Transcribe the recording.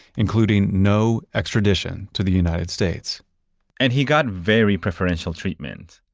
including no extradition to the united states and he got very preferential treatment.